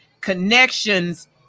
connections